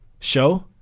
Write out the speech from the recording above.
show